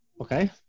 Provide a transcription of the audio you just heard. Okay